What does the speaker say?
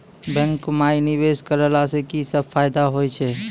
बैंको माई निवेश कराला से की सब फ़ायदा हो छै?